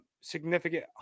significant